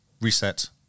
reset